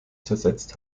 zersetzt